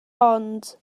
ond